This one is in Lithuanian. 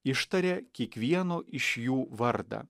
ištaria kiekvieno iš jų vardą